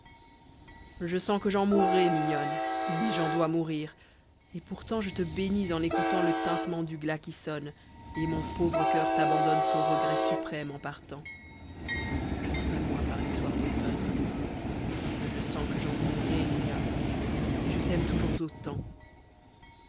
je sens que j'en mourrai mignonne oui j'en dois mourir et pourtant je te bénis en écoutant le tintement du glas qui sonne et mon pauvre coeur t'abandonne son regret suprême en partant pense à moi par les soirs d'automne je sens que j'en mourrai mignonne et je t'aime toujours autant